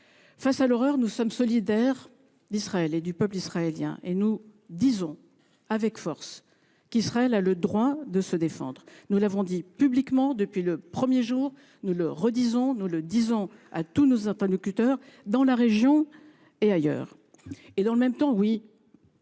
Face à l’horreur, nous sommes solidaires du peuple israélien. Nous disons avec force qu’Israël a le droit de se défendre. Nous l’avons dit publiquement, dès le premier jour. Nous le répétons. Et nous le disons à tous nos interlocuteurs, dans la région comme ailleurs. Dans le même temps –